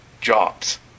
jobs